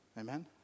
Amen